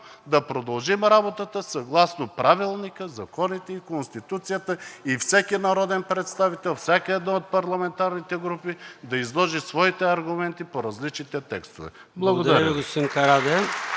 да продължим работата съгласно Правилника, законите и Конституцията и всеки народен представител и всяка една от парламентарните групи да изложи своите аргументи по различните текстове. Благодаря.